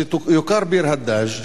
שיוכר ביר-הדאג',